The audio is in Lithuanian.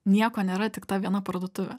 nieko nėra tik ta viena parduotuvė